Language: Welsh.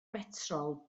betrol